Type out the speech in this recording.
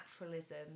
naturalism